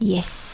Yes